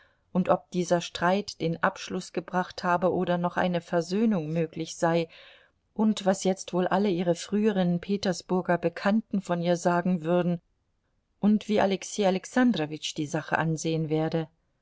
und ob dieser streit den abschluß gebracht habe oder noch eine versöhnung möglich sei und was jetzt wohl alle ihre früheren petersburger bekannten von ihr sagen würden und wie alexei alexandrowitsch die sache ansehen werde